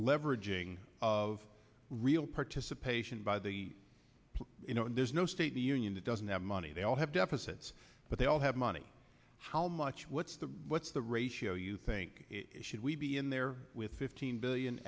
leveraging of real participation by the you know there's no state the union that doesn't have money they all have deficits but they all have money how much what's the what's the ratio you think should we be in there with fifteen billion